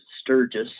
Sturgis